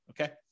Okay